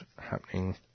happening